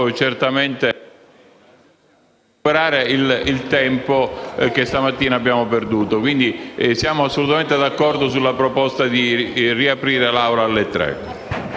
certamente accelerare e recuperare il tempo che stamattina abbiamo perduto, quindi siamo assolutamente d'accordo sulla proposta di riprendere i lavori